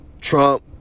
Trump